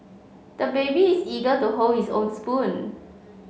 the baby is eager to hold his own spoon